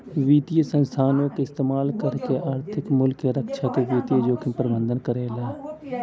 वित्तीय साधनों क इस्तेमाल करके आर्थिक मूल्य क रक्षा वित्तीय जोखिम प्रबंधन करला